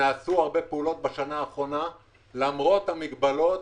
נעשו הרבה פעולות בשנה האחרונה למרות המגבלות.